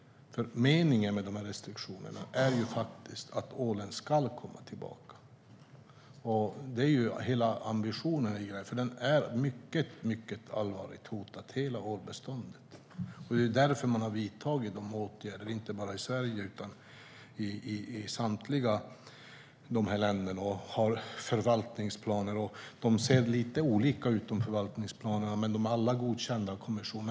Meningen med de här restriktionerna är ju faktiskt att ålen ska komma tillbaka. Det är hela ambitionen, för ålbeståndet är mycket allvarligt hotat. Det är därför man har vidtagit de här åtgärderna inte bara i Sverige utan i alla de här länderna. Man har förvaltningsplaner, och de ser lite olika ut, men alla är godkända av kommissionen.